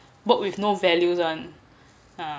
book with no values [one] ah